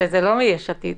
וזה לא מיש עתיד.